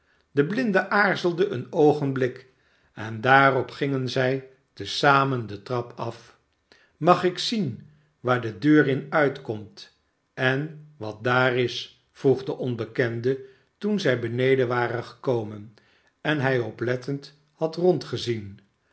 de blinde aarzelde een oogenblik en daarop gingen zij te zamen de trap af mag ik zien waar de deur in uitkomt en wat daar is vroeg de onbekende toen zij beneden waren gekomen en hij oplettend had